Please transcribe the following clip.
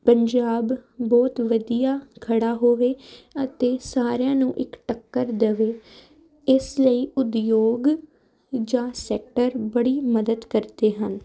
ਪੰਜਾਬ ਬਹੁਤ ਵਧੀਆ ਖੜ੍ਹਾ ਹੋਵੇ ਅਤੇ ਸਾਰਿਆਂ ਨੂੰ ਇੱਕ ਟੱਕਰ ਦੇਵੇ ਇਸ ਲਈ ਉਦਯੋਗ ਜਾਂ ਸੈਕਟਰ ਬੜੀ ਮਦਦ ਕਰਦੇ ਹਨ